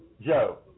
Joe